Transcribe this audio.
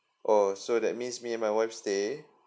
oh so that means me and my wife stay